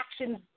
actions